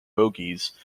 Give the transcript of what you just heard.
bogies